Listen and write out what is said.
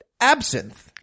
absinthe